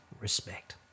respect